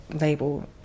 label